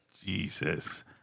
Jesus